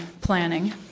planning